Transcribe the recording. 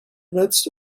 midst